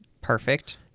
Perfect